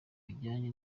bijyanye